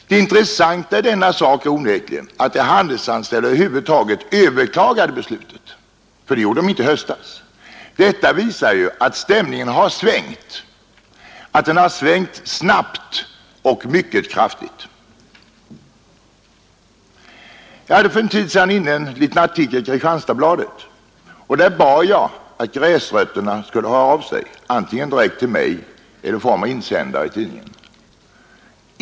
Det intressanta i denna sak är onekligen att de handelsanställda över huvud taget överklagade beslutet, för det gjorde de inte i höstas. Detta visar att stämningen har svängt, att den svängt snabbt och mycket kraftigt. För en liten tid sedan hade jag en artikel införd i Kristianstadsbladet där jag bad ”gräsrötterna” att låta höra av sig, antingen direkt till mig eller i form av insändare i tidningen.